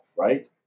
right